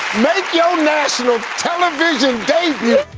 make your national television debut!